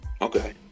Okay